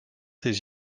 his